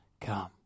come